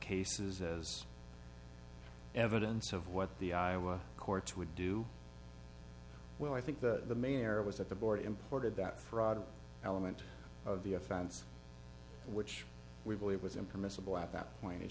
cases as evidence of what the iowa courts would do well i think that the main error was that the board imported that fraud element of the offense which we believe was impermissible at that point it